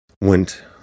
went